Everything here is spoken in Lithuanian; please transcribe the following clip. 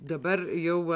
dabar jau